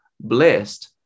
blessed